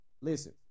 listen